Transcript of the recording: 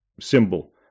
symbol